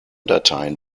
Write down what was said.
dateien